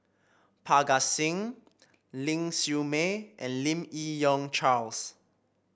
Parga Singh Ling Siew May and Lim Yi Yong Charles